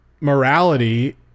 morality